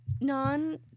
Non